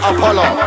Apollo